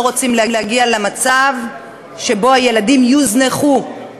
לא רוצים להגיע למצב שהילדים יוזנחו.